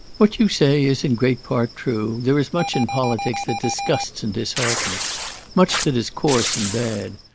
what you say is in great part true. there is much in politics that disgusts and disheartens much that is coarse and bad.